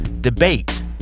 debate